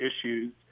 issues